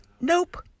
nope